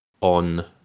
on